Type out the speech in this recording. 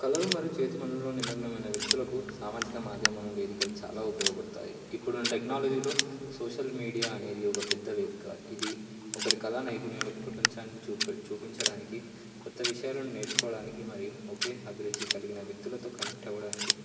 కళలు మరియు చేతి పనులలో నిమగ్నమైన వ్యక్తులకు సామాజిక మాధ్యమం వేదికలు చాలా ఉపయోగపడతాయి ఇప్పుడు ఉన్న టెక్నాలజీలో సోషల్ మీడియా అనేది ఒక పెద్ద వేదిక ఇది ఒకరి కళ నైపుణ్యాలలకు ప్రపంచాన్ని చూప చూపించడానికి కొత్త విషయాలను నేర్చుకోవడానికి మరియు ఒకే అభిరుచి కలిగిన వ్యక్తులతో కనెక్ట్ అవ్వడానికి